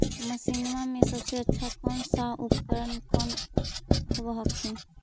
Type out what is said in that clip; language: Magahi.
मसिनमा मे सबसे अच्छा कौन सा उपकरण कौन होब हखिन?